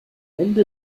ende